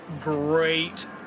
great